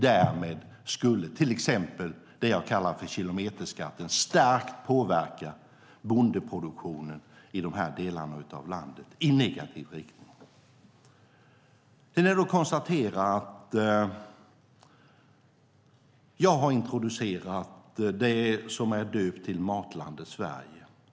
Därmed skulle det jag kallar kilometerskatten starkt påverka bondeproduktionen i dessa delar av landet i negativ riktning. Jag har introducerat Matlandet Sverige.